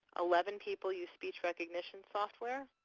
eleven people use speech recognition software.